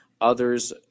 Others